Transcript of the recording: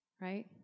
right